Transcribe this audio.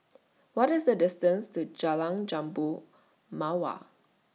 What IS The distance to Jalan Jambu Mawar